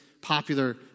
popular